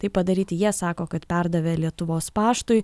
tai padaryti jie sako kad perdavė lietuvos paštui